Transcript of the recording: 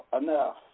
enough